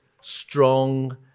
strong